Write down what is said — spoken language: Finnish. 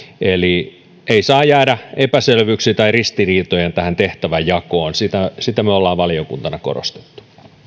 eli ei saa jäädä epäselvyyksiä tai ristiriitoja tähän tehtäväjakoon sitä me olemme valiokuntana korostaneet